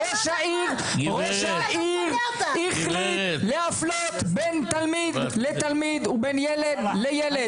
ראש העיר החליט להפלות בין תלמיד לתלמיד ובין ילד לילד,